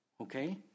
okay